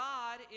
God